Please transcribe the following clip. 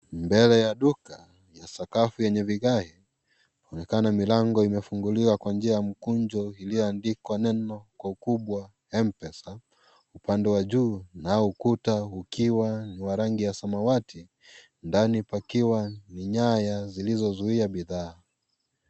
Mbele ya duka ya sakafu yenye yenye vigae kunaonekana milangq. Imefunguliwa kwa njia ya mkunjo iliyo andikwa kwa neno kwa ukubwa mpesa upande wa juu kunao ukuta ukiwa ni wa rangi ya samawati ndani pakiwa ni nyaya zilizo zuia bidhaa.